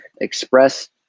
express